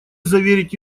заверить